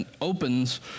opens